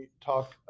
talk